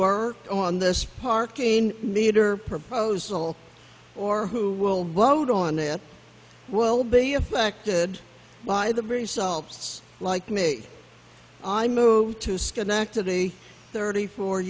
are on this parking meter proposal or who will vote on it well be affected by the various salts like me i moved to schenectady thirty four